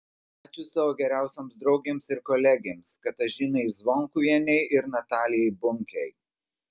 ačiū savo geriausioms draugėms ir kolegėms katažinai zvonkuvienei ir natalijai bunkei